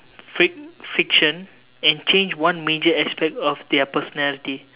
fric~ fiction and change one major aspect of their personality